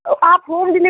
आप home delivery